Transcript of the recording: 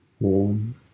warm